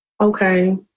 okay